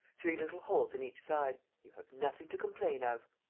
three little holes in each side. you have nothing to complain of!